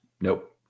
Nope